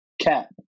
cat